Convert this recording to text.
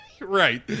right